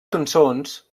cançons